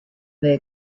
their